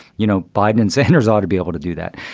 you know, biden and sanders ought to be able to do that.